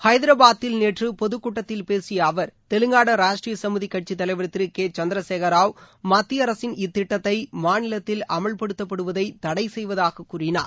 ஐதரபாத்தில் நேற்று பொதுக் கூட்டத்தில் பேசிய அவர் தெலங்கானா ராஷ்டிரிய சுமதி கூட்சி தலைவர் திரு கே சந்திரசேகர் ராவ் மத்திய அரசின் இத்திட்டத்தை மாநிலத்தில் அமல்படுத்தப்படுவதை தடை செய்வதாக கூறினார்